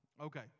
Okay